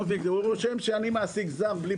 הוא רושם שאני מעסיק זר.